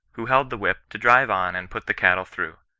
who held the whip, to drive on and put the cattle through.